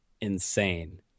insane